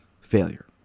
failure